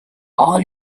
all